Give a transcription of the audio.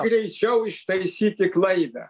greičiau ištaisyti klaidą